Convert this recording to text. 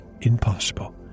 impossible